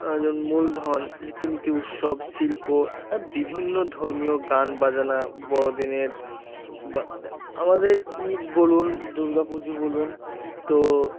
যেমন মূলধন রীতিনীতি উৎসব শিল্প বিভিন্ন ধর্মীয় গানবাজনা বড়দিনের বা আমাদের ঈদ বলুন দুর্গাপুজো বলুন তো